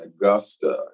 Augusta